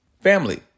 family